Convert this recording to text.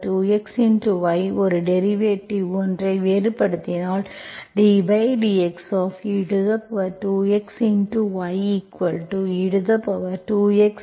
y ஒரு derivative ஒன்றை வேறுபடுத்தினால் ddxe2x